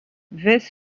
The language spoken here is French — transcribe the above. wes